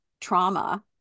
trauma